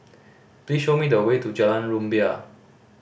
please show me the way to Jalan Rumbia